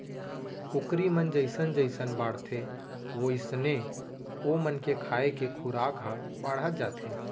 कुकरी मन जइसन जइसन बाढ़थें वोइसने ओमन के खाए के खुराक ह बाढ़त जाथे